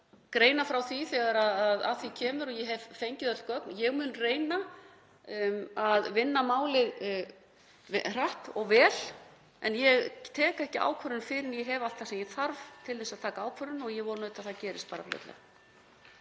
greina frá því þegar að því kemur og ég hef fengið öll gögn. Ég mun reyna að vinna málið hratt og vel en ég tek ekki ákvörðun fyrr en ég hef allt það sem ég þarf (Forseti hringir.) til þess að taka ákvörðun og ég vona auðvitað að það gerist fljótlega.